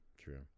true